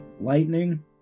lightning